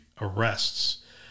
arrests